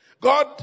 God